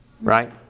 right